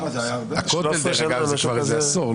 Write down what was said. על הכותל, זה כבר כעשור.